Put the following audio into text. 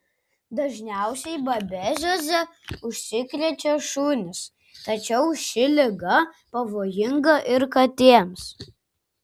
dažniausiai babezioze užsikrečia šunys tačiau ši liga pavojinga ir katėms